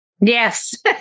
Yes